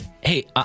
Hey